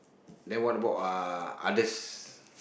then what about uh others